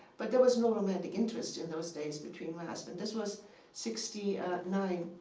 but there was no romantic interest in those days between my husband. this was sixty nine,